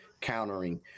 countering